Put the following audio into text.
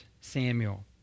Samuel